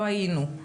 לא היינו,